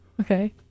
Okay